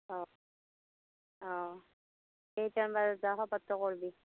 অঁ অঁ কেইটামান বজাত যোৱা খবৰটো কৰিবি